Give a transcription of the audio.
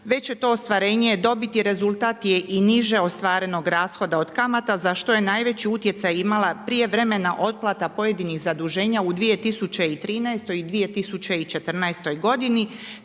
Već je to ostvarenje dobiti rezultat je i niže ostvarenog rashoda od kamata za što je najveći utjecaj imala prijevremena otplata pojedinih zaduženja u 2013. i 2014. godini